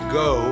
go